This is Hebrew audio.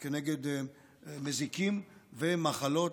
נגד מזיקים ומחלות.